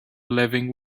living